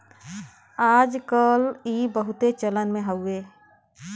आज कल ई बहुते चलन मे हउवे